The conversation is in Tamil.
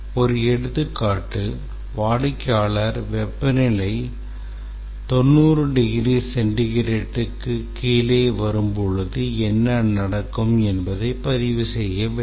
ஒரு எடுத்துக்காட்டு வாடிக்கையாளர் வெப்பநிலை 90 டிகிரி சென்டிகிரேட்டுக்குக் கீழே வரும்போது என்ன நடக்கும் என்பதை பதிவு செய்யவில்லை